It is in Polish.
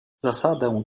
zasadę